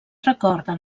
recorda